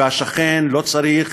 והשכן לא צריך